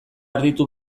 erditu